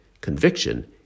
Conviction